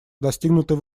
достигнутый